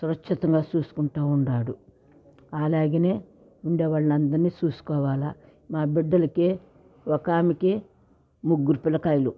స్వచ్ఛతగా చూసుకుంటూ ఉండాడు అలాగనే ఉండే వాళ్ళందరిని చూసుకోవాలా మా బిడ్డలకి ఒకామెకి ముగ్గురు పిల్లకాయలు